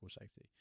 safety